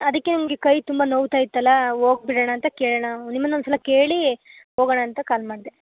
ಅದಕ್ಕೆ ನಂಗೆ ಈ ಕೈ ತುಂಬ ನೋವ್ತಾ ಇತ್ತಲ್ಲ ಹೋಗ್ ಬಿಡೋಣ ಅಂತ ಕೇಳೋಣ ನಿಮ್ಮನ್ನ ಒಂದು ಸಲ ಕೇಳಿ ಹೋಗೋಣ ಅಂತ ಕಾಲ್ ಮಾಡಿದೆ